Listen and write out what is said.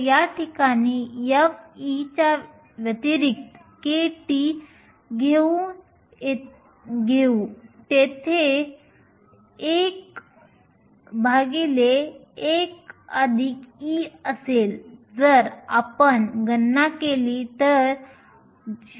तर याठिकाणी f च्या व्यतिरिक्त kT घेऊ तेथे 11e असेल जर आपण गणना केली तर 0